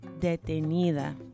detenida